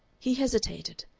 he hesitated.